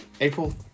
april